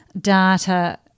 data